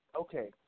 Okay